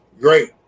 great